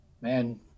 man